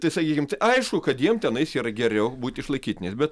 tai sakykim tai aišku kad jiem tenais yra geriau būti išlaikytiniais bet